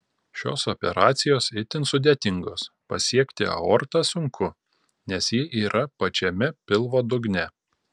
šios operacijos itin sudėtingos pasiekti aortą sunku nes ji yra pačiame pilvo dugne